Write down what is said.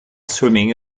swimming